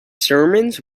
sermons